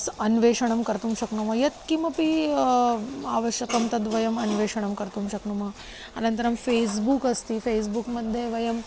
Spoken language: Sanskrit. स् अन्वेषणं कर्तुं शक्नुमः यत्किमपि आवश्यकं तद् वयम् अन्वेषणं कर्तुं शक्नुमः अनन्तरं फ़ेस्बुक् अस्ति फ़स्बुक्मध्ये वयम्